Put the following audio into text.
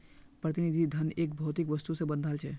प्रतिनिधि धन एक भौतिक वस्तु से बंधाल छे